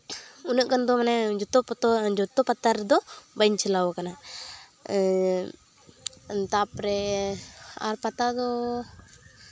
ᱩᱱᱟᱹᱜ ᱜᱟᱱ ᱫᱚ ᱢᱟᱱᱮ ᱡᱚᱛᱚ ᱡᱚᱛᱚ ᱯᱟᱛᱟ ᱨᱮᱫᱚ ᱵᱟᱹᱧ ᱪᱟᱞᱟᱣ ᱟᱠᱟᱱᱟ ᱛᱟᱨᱯᱚᱨᱮ ᱟᱨ ᱯᱟᱛᱟ ᱫᱚ